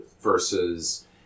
versus